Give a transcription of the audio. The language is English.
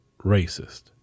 racist